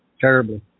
Terrible